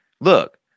look